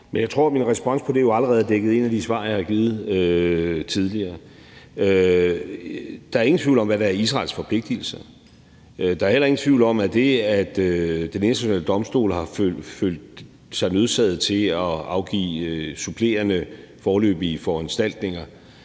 Jeg tror, at mit respons på det allerede er dækket ind af de svar, jeg har givet tidligere. Der er ingen tvivl om, hvad der er Israels forpligtigelse; der er heller ingen tvivl om, at det, at Den Internationale Domstol har følt sig nødsaget til at afgive supplerende foreløbige foranstaltninger,